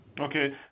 Okay